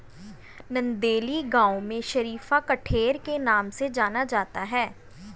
नंदेली गांव में शरीफा कठेर के नाम से जाना जाता है